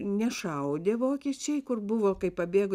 nešaudė vokiečiai kur buvo kai pabėgo